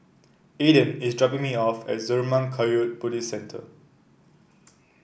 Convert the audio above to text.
Aaden is dropping me off at Zurmang Kagyud Buddhist Centre